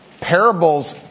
Parables